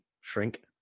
shrink